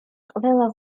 ყველა